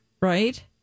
right